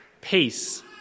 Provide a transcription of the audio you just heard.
peace